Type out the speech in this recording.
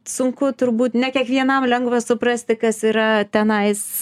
sunku turbūt ne kiekvienam lengva suprasti kas yra tenais